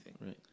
Right